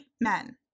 men